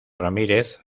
ramírez